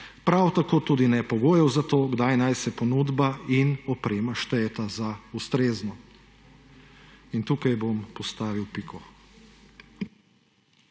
prav tako tudi ne pogojev za to, kdaj naj se ponudba in oprema štejeta za ustrezno.« In tukaj bom postavil piko.